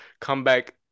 comeback